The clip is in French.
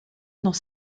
dans